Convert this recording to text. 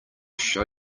show